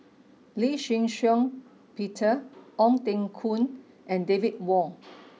Lee Shih Shiong Peter Ong Teng Koon and David Wong